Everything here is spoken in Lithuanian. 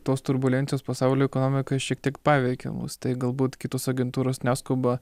tos turbulencijos pasaulio ekonomikoj šiek tiek paveikė mus tai galbūt kitos agentūros neskuba